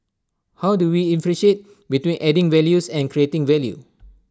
how do we ifferentiate between adding values and creating value